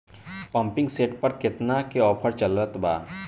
Pumping set पर केतना के ऑफर चलत बा?